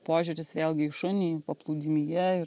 požiūris vėlgi į šunį paplūdimyje